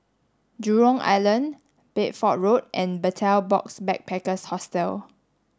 Jurong Island Bedford Road and Betel Box Backpackers Hostel